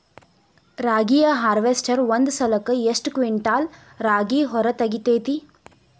ರಾಗಿಯ ಹಾರ್ವೇಸ್ಟರ್ ಒಂದ್ ಸಲಕ್ಕ ಎಷ್ಟ್ ಕ್ವಿಂಟಾಲ್ ರಾಗಿ ಹೊರ ತೆಗಿತೈತಿ?